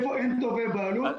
איפה אין תובעי בעלות,